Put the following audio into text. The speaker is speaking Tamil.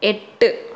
எட்டு